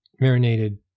marinated